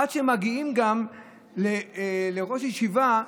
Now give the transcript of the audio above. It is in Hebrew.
עד שמגיעים גם לראש ישיבה,